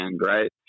right